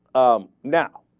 um now